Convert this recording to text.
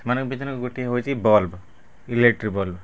ସେମାନଙ୍କ ଭିତରୁ ଗୋଟିଏ ହେଉଛି ବଲବ୍ ଇଲେକ୍ଟ୍ରିକ୍ ବଲବ୍